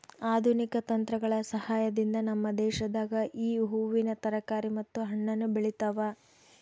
ಆಧುನಿಕ ತಂತ್ರಗಳ ಸಹಾಯದಿಂದ ನಮ್ಮ ದೇಶದಾಗ ಈ ಹೂವಿನ ತರಕಾರಿ ಮತ್ತು ಹಣ್ಣನ್ನು ಬೆಳೆತವ